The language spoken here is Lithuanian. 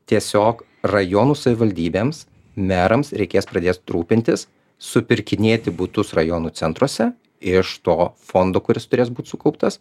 tiesiog rajonų savivaldybėms merams reikės pradėt rūpintis supirkinėti butus rajonų centruose iš to fondo kuris turės būt sukauptas